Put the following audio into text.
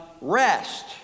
rest